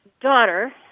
daughter